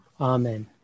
Amen